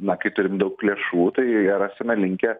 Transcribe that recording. na kai turim daug lėšų tai ir esame linkę